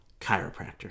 chiropractor